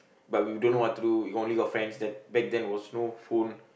but we don't know what to do we only got friends then back then was no phone